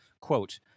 Quote